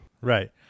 Right